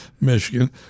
Michigan